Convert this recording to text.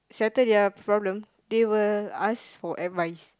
should I tell their problem they will ask for advice